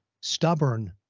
stubborn